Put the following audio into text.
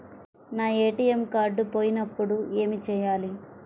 నా ATM card పోయినప్పుడు ఏమి చేయాలి?